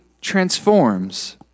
transforms